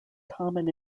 common